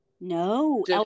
No